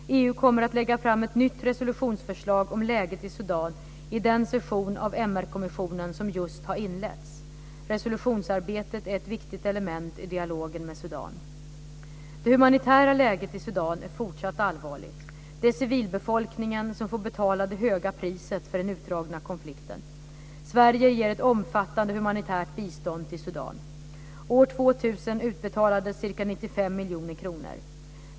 EU kommer att lägga fram ett nytt resolutionsförslag om läget i Sudan i samband med den session av MR-kommissionen som just har inletts. Resolutionsarbetet är ett viktigt element i dialogen med Sudan. Det humanitära läget i Sudan är fortsatt allvarligt. Det är civilbefolkningen som får betala det höga priset för den utdragna konflikten. Sverige ger ett omfattande humanitärt bistånd till Sudan. År 2000 utbetalades ca 95 miljoner kronor.